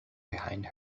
behind